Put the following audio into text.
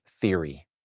theory